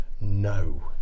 no